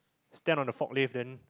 stand on the forklift then